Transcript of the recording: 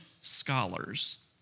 scholars